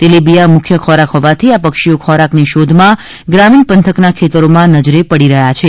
તેલીબીયા મુખ્ય ખોરાક હોવાથી આ પક્ષીઓ ખોરાકની શોધમાં ગ્રામીણ પંથકના ખેતરોમાં નજરે પડી રહ્યાં છે